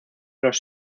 los